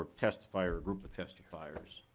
testifier or group of testifiers?